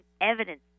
evidence